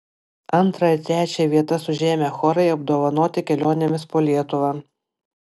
antrą ir trečią vietas užėmę chorai apdovanoti kelionėmis po lietuvą